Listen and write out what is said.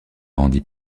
rendit